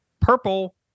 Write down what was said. purple